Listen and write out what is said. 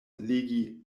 legi